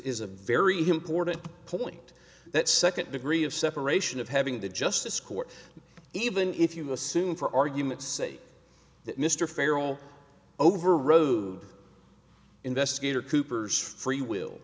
a very important point that second degree of separation of having the justice court even if you assume for argument's sake that mr farrel overrode investigator cooper's free will